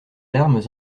larmes